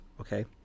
okay